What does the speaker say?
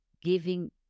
giving